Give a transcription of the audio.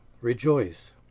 Rejoice